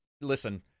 listen